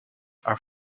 are